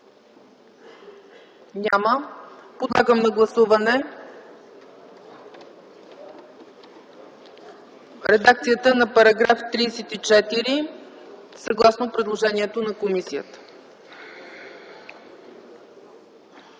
Няма. Подлагам на гласуване редакцията на § 34, съгласно предложението на комисията.